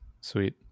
Sweet